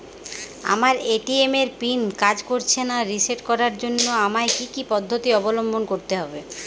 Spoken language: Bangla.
আমার এ.টি.এম এর পিন কাজ করছে না রিসেট করার জন্য আমায় কী কী পদ্ধতি অবলম্বন করতে হবে?